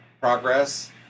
progress